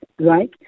right